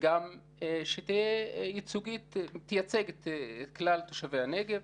וכן הלאה אלה שאלות שאני כאיש מקצוע לא יכול לענות עליהן,